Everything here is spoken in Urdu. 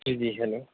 جی جی ہیلو